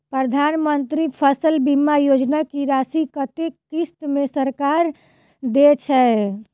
प्रधानमंत्री फसल बीमा योजना की राशि कत्ते किस्त मे सरकार देय छै?